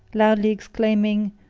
loudly exclaiming,